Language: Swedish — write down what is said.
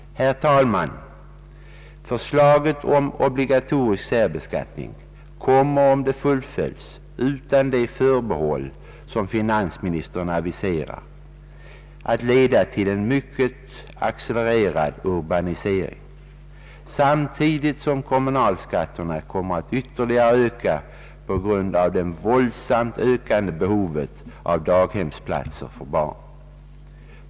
Herr talman! Förslaget om obligatorisk särbeskattning kommer, om det fullföljs utan de förbehåll som finans Statsverkspropositionen m.m. ministern aviserat, att leda till en mycket accelererad urbanisering. Samtidigt kommer kommunalskatterna att ytterligare öka på grund av det våldsamt ökade behovet av daghemsplatser för barn.